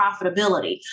profitability